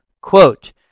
quote